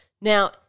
Now